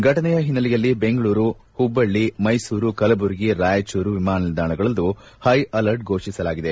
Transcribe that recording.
ಫಟನೆಯ ಹಿನ್ನೆಲೆಯಲ್ಲಿ ಬೆಂಗಳೂರು ಹುಬ್ಬಳ್ಳಿ ಮೈಸೂರು ಕಲಬುರಗಿ ರಾಯಚೂರು ವಿಮಾನ ನಿಲ್ದಾಣಗಳಲ್ಲೂ ಹೈ ಅಲರ್ಟ್ ಘೋಷಿಸಲಾಗಿದೆ